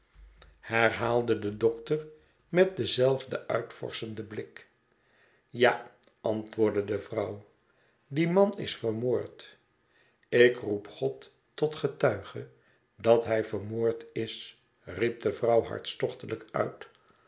sluier dokter met denzelftien mtvorschenden blik ja antwoordde de vrouw die man is vermoord ik roep god tot getuige dat hij vermoord is riep de vrouw hartstochtelijk uit